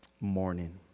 morning